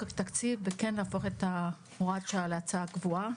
התקציב ולהפוך את הוראת השעה להצעה קבועה.